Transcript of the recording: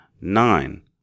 nine